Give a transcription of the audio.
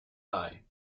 eye